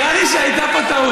נראה לי שהייתה פה טעות.